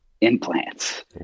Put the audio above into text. implants